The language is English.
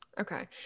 Okay